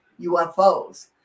UFOs